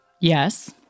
Yes